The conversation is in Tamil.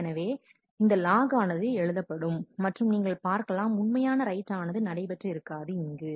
என இந்த லாக் ஆனது எழுதப்படும் மற்றும் நீங்கள் பார்க்கலாம் உண்மையான ரைட் ஆனது நடைபெற்று இருக்காது இங்கு